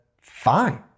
fine